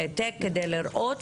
כנראה,